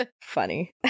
Funny